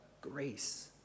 grace